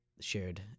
shared